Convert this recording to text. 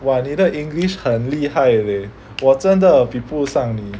!wah! 你的 English 很厉害 leh 我真的比不上你